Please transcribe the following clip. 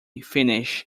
finnish